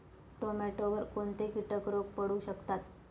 टोमॅटोवर कोणते किटक रोग पडू शकतात?